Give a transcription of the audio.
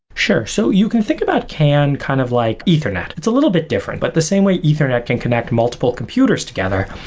sure. so you can think about can kind of like ethernet. it's a little bit different, but the same way ethernet can connect multiple computers together,